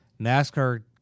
NASCAR